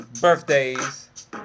birthdays